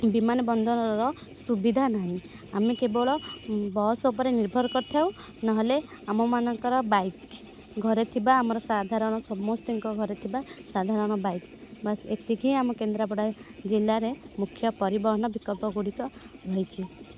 ବିମାନ ବନ୍ଦରର ସୁବିଧା ନାହିଁ ଆମେ କେବଳ ବସ୍ ଉପରେ ନିର୍ଭର କରିଥାଉ ନହଲେ ଆମମାନଙ୍କର ବାଇକ୍ ଘରେ ଥିବା ଆମର ସାଧାରଣ ସମସ୍ତିଙ୍କ ଘରେ ଥିବା ସାଧାରଣ ବାଇକ୍ ବାସ୍ ଏତିକି ହିଁ ଆମ କେନ୍ଦ୍ରାପଡ଼ାରେ ଜିଲ୍ଲାରେ ମୁଖ୍ୟ ପରିବହନ ବିକଳ୍ପ ଗୁଡ଼ିକ ରହିଛି